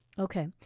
Okay